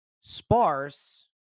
sparse